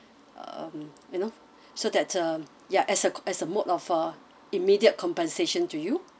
um you know so that uh ya as a as a mode of uh immediate compensation to you